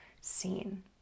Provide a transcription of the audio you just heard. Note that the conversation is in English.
seen